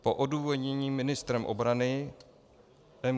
Po odůvodnění ministrem obrany MgA.